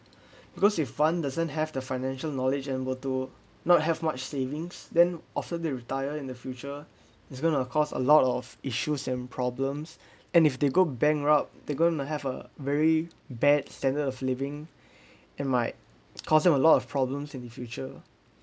because if one doesn't have the financial knowledge and were to not have much savings then after they retire in the future is gonna cost a lot of issues and problems and if they go bankrupt they gonna have a very bad standard of living and might cost them a lot of problems in the future